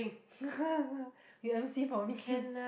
you M_C for me